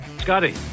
Scotty